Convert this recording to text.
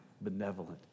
benevolent